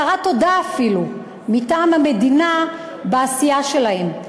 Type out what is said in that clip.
הכרת תודה אפילו מטעם המדינה בעשייה שלהם.